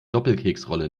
doppelkeksrolle